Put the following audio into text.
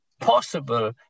possible